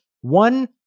One